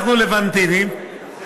אנחנו לבנטינים,